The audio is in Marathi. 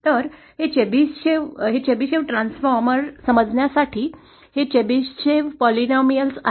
तर चेबिसेव हे चेबिशेव ट्रान्सफॉर्मर समजण्यासाठी हे चेबेशीव बहुपदी आहेत